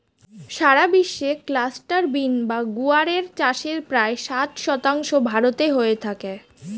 সারা বিশ্বে cluster bean বা গুয়ার এর চাষের প্রায় ষাট শতাংশ ভারতে হয়ে থাকে